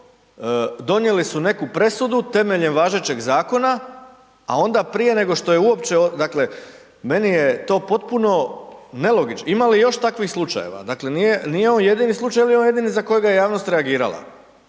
drugo, donijeli su neku presudu temeljem važećeg Zakona, a onda prije nego što je uopće, dakle, meni je to potpuno nelogično. Ima li još takvih slučajeva? Dakle, nije ovo jedini slučaj, ili je ovo jedini za kojega je javnost reagirala?